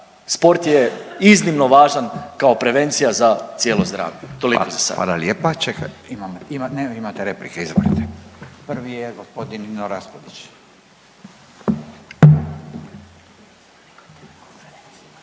Sport je iznimno važan kao prevencija za cijelo zdravlje. Toliko za sada.